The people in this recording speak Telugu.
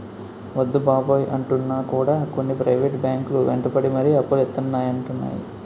వద్దు బాబోయ్ అంటున్నా కూడా కొన్ని ప్రైవేట్ బ్యాంకు లు వెంటపడి మరీ అప్పులు ఇత్తానంటున్నాయి